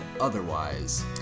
otherwise